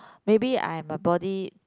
maybe I am a body